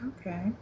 Okay